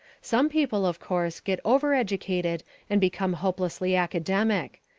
some people, of course, get overeducated and become hopelessly academic.